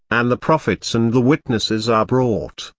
and the prophets and the witnesses are brought,